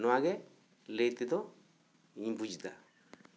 ᱱᱚᱣᱟ ᱜᱮ ᱞᱟᱹᱭ ᱛᱮ ᱫᱚ ᱤᱧ ᱵᱩᱡᱽ ᱮᱫᱟ